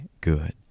good